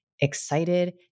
excited